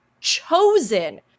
chosen